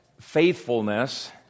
faithfulness